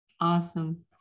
awesome